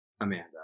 Amanda